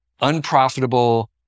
unprofitable